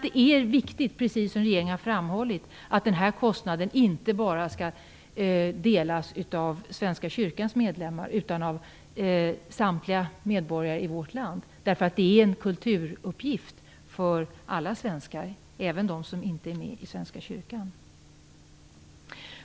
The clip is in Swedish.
Det är viktigt, precis som regeringen har framhållit, att den här kostnaden inte bara skall delas av Svenska kyrkans medlemmar utan av samtliga medborgare i vårt land. Det är en kulturuppgift för alla svenskar, även för dem som inte är medlemmar i Svenska kyrkan.